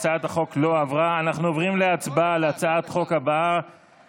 ההצעה להעביר לוועדה את הצעת חוק שיפוט